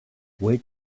wait